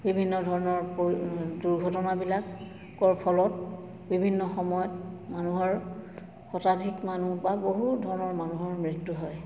বিভিন্ন ধৰণৰ দুৰ্ঘটনাবিলাকৰ ফলত বিভিন্ন সময়ত মানুহৰ শতাধিক মানুহ বা বহুত ধৰণৰ মানুহৰ মৃত্যু হয়